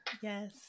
yes